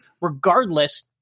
regardless